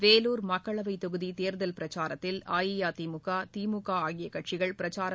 வேலூர் மக்களவை தொகுதி தேர்தல் பிரச்சாரத்தில் அஇஅதிமுக திமுக கட்சிகள் பிரச்சாரம்